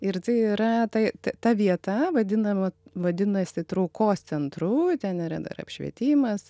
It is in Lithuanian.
ir tai yra tai ta vieta vadinama vadinasi traukos centru ten yra dar apšvietimas